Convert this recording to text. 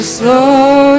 slow